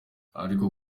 ariko